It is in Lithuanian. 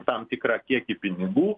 tam tikrą kiekį pinigų